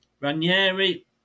Ranieri